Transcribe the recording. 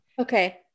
okay